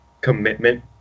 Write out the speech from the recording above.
commitment